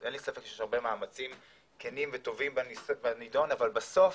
אין לי ספק שיש הרבה מאמצים כנים וטובים בנידון אבל בסוף